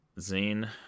zane